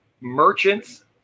merchants